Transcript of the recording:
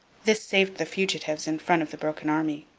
this saved the fugitives in front of the broken army.